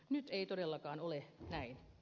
nyt ei todellakaan ole näin